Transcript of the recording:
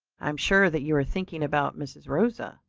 i'm sure that you are thinking about mrs. rosa,